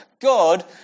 God